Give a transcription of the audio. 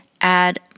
add